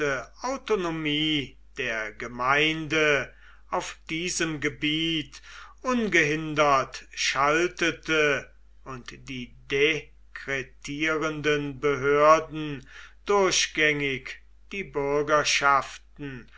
autonomie der gemeinde auf diesem gebiet ungehindert schaltete und die dekretierenden behörden durchgängig die bürgerschaften